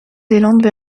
zélande